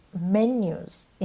menus